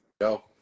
go